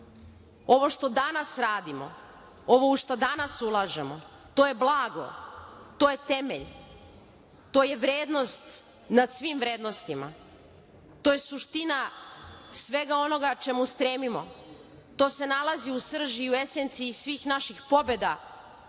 što danas radimo, ovo u šta danas ulažemo, to je blago. To je temelj. To je vrednost nad svim vrednostima. To je suština svega onoga čemu stremimo. To se nalazi u srži i u esenciji svih naših pobeda